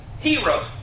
hero